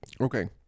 Okay